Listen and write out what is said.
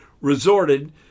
resorted